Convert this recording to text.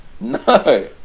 No